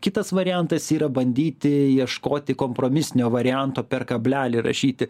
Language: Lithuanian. kitas variantas yra bandyti ieškoti kompromisinio varianto per kablelį rašyti